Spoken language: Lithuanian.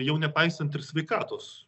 jau nepaisant ir sveikatos